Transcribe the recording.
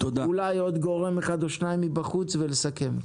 ואולי עוד גורם אחד או שניים מבחוץ ולסכם.